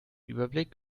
überblick